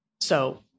So-